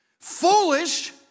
foolish